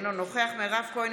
אינו נוכח מירב כהן,